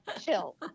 chill